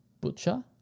Butcher